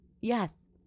Yes